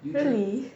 really